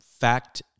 fact